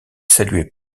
saluait